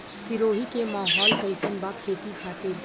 सिरोही के माहौल कईसन बा खेती खातिर?